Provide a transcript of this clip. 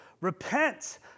repent